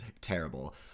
terrible